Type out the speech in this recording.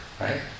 right